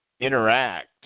interact